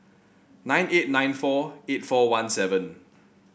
nine eight nine four eight four one seven